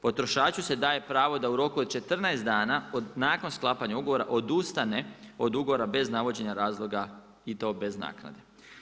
Potrošaču se daje pravo da u roku od 14 dana nakon sklapanja ugovora odustane od ugovora bez navođenja razloga i to bez naknade.